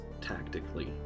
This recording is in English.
tactically